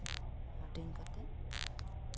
ᱦᱟᱹᱴᱤᱧ ᱠᱟᱛᱮᱜ